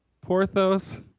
porthos